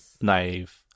naive